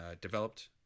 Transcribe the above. developed